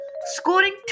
scoring